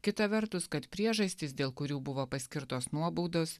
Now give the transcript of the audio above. kita vertus kad priežastys dėl kurių buvo paskirtos nuobaudos